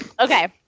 Okay